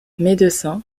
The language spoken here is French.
médecin